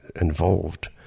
involved